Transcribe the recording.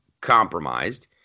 compromised